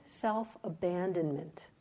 self-abandonment